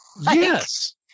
Yes